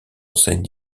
enseignes